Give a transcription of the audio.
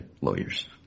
lawyers